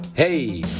Hey